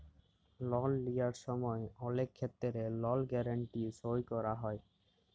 লল লিঁয়ার সময় অলেক খেত্তেরে লল গ্যারেলটি সই ক্যরা হয়